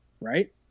right